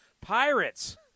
Pirates